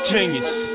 Genius